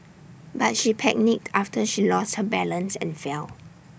but she panicked after she lost her balance and fell